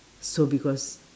so because